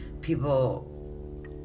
people